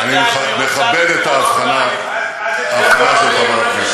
אני מכבד את ההבחנה של חבר הכנסת.